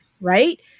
right